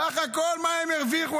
בסך הכול מה הם הרוויחו,